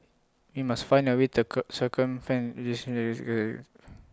we must find A way to cure circumvent